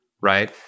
right